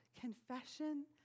confession